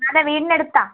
അതെ വീടിൻറ്റ അടുത്താണ്